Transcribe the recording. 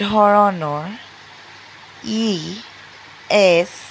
ধৰণৰ ই এছ